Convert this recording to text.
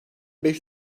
beş